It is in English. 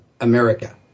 America